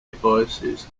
devices